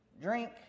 drink